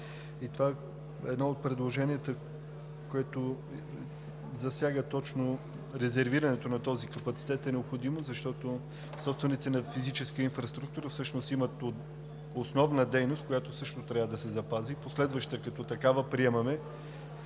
е едно от предложенията, което засяга точно резервирането на този капацитет. То е необходимо, защото собствениците на физическа инфраструктура всъщност имат основна дейност, която също трябва да се запази, като последваща такава приемаме